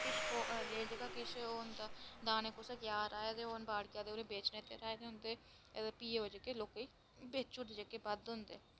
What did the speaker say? किश भोऽ जेह्का किश ओह् होंदा दाने कुसै क्या तां हून बाढ़े कुसै बेचने तां भी ओह् जेह्के लोकें ई बेचुड़दे भी बाकी